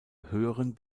höheren